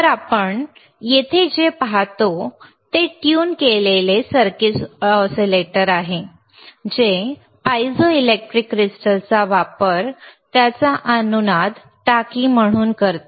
तर आपण येथे जे पाहतो ते ट्यून केलेले सर्किट ऑसीलेटर आहे जे पायझोइलेक्ट्रिक क्रिस्टल्सचा वापर त्याच्या अनुनाद टाकी म्हणून करते